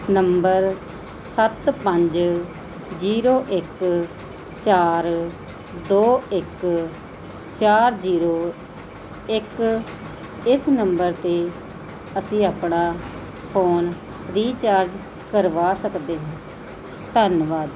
number ਸੱਤ ਪੰਜ zero ਇੱਕ ਚਾਰ ਦੋ ਇੱਕ ਚਾਰ ਜ਼ੀਰੋ ਇੱਕ ਇਸ ਨੰਬਰ 'ਤੇ ਅਸੀਂ ਆਪਣਾ ਫੋਨ ਰੀਚਾਰਜ ਕਰਵਾ ਸਕਦੇ ਹਾਂ ਧੰਨਵਾਦ